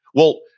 well,